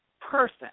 person